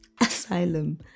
Asylum